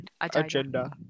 Agenda